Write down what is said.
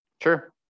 Sure